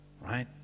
Right